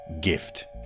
gift